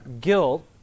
Guilt